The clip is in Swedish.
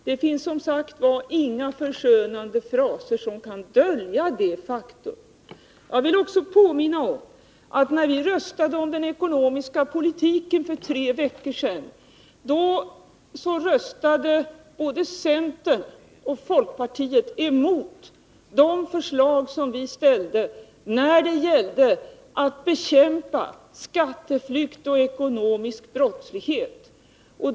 Det finns inga förskönande fraser som kan dölja detta faktum. Jag vill också påminna om att när vi för tre veckor sedan röstade om den ekonomiska politiken, röstade både centern och folkpartiet emot de förslag som vi framställde när det gällde att bekämpa skatteflykt och ekonomisk brottslighet.